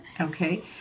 Okay